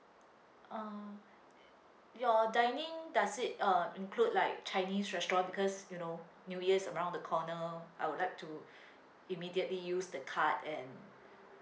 uh your dining does it uh include like chinese restaurant because you know new year's around the corner I would like to immediately use the card and